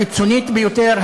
הקיצונית ביותר,